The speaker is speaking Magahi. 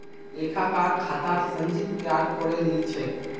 लेखाकार खातर संचित्र तैयार करे लील छ